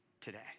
today